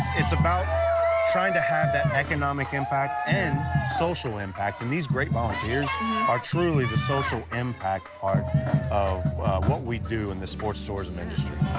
it's about trying to have that economic impact and social impact and these great volunteers are truly the social impact part of what we do in the sports tourism industry.